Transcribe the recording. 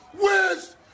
wins